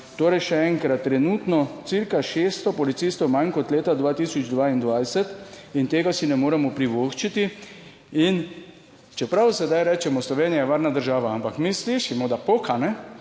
Torej, še enkrat, trenutno cirka 600 policistov manj kot leta 2022 in tega si ne moremo privoščiti. In čeprav sedaj rečemo, Slovenija je varna država, ampak mi slišimo, da poka in